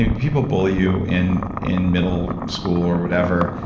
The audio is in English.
and people bully you in in middle school or whatever.